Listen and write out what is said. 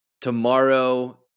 tomorrow